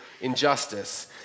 injustice